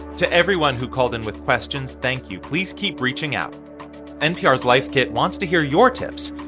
to everyone who called in with questions, thank you. please keep reaching out npr's life kit wants to hear your tips.